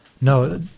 no